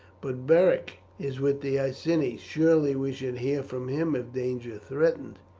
but beric is with the iceni. surely we should hear from him if danger threatened.